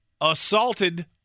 assaulted